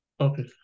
Okay